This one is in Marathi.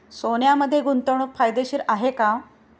सोन्यामध्ये गुंतवणूक फायदेशीर आहे का?